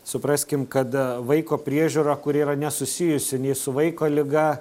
supraskim kad vaiko priežiūra kuri yra nesusijusi nei su vaiko liga